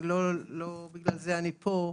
לא בגלל זה אני פה,